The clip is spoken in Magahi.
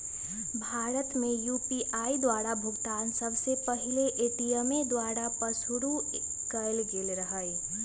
भारत में यू.पी.आई द्वारा भुगतान सबसे पहिल पेटीएमें द्वारा पशुरु कएल गेल रहै